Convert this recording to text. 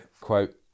quote